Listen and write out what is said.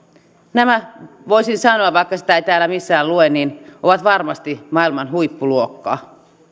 nämä voisin sanoa vaikka sitä ei täällä missään lue ovat varmasti maailman huippuluokkaa